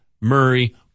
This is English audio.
Murray